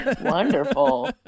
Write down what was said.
wonderful